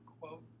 quote